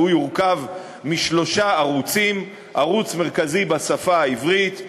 והוא יורכב משלושה ערוצים: ערוץ מרכזי בשפה העברית,